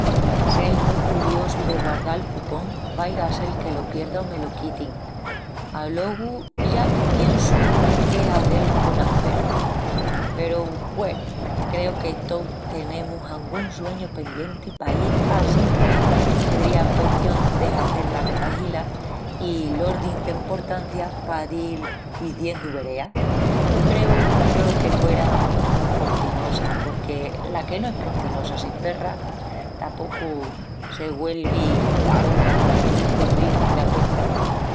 Sel mu curiosu de guardá’l cupón, vaiga a sel que lo pierda o me lo quitin. Alogu ya piensu lu qué hazel conas perras. Peru güenu creu que tous tenemus angún sueñu pendienti paí assínque sedría custión de hazel la retahila i l'ordin d'emportancia pa dil hiziendu verea. No creu yo que huera mu postinosa porque la que no es postinosa sin perras tapocu no se güelvi tarumba por tenel perrinas ena cuenta.